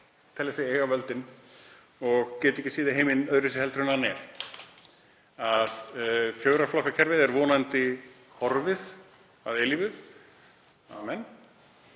telja sig eiga völdin og geta ekki séð heiminn öðruvísi en hann er. Fjórflokkakerfið er vonandi horfið að eilífu, amen,